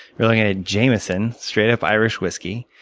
we're looking at ah jamison, straight up irish whiskey.